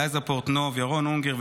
ליזה פורטנוב וירון אונגר,